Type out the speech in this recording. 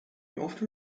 often